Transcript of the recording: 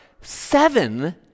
seven